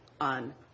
on